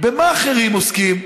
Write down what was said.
במה אחרים עוסקים?